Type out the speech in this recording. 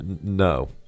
no